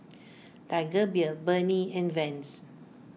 Tiger Beer Burnie and Vans